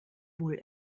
wohl